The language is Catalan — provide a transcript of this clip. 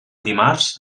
dimarts